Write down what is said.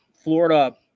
Florida